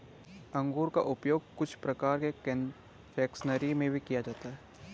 अंगूर का उपयोग कुछ प्रकार के कन्फेक्शनरी में भी किया जाता है